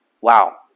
wow